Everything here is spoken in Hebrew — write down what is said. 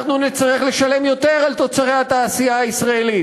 אנחנו נצטרך לשלם יותר על תוצרי התעשייה הישראלית,